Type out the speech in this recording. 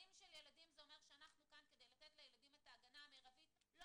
וזה אומר שאנחנו כאן כדי לתת לילדים את ההגנה המרבית לא